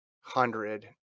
hundred